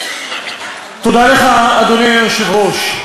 אדוני היושב-ראש,